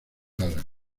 alas